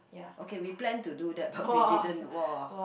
okay we plan to do that but we didn't !wah!